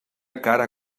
cara